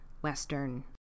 Western